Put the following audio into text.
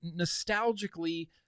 nostalgically